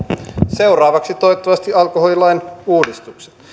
seuraavaksi toivottavasti alkoholilain uudistukset